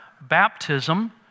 baptism